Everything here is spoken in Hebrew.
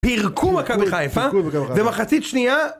פירקו מכבי חיפה, ומחצית שנייה...